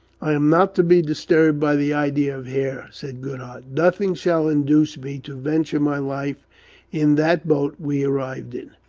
i am not to be disturbed by the idea of hair, said goodhart. nothing shall induce me to venture my life in that boat we arrived in.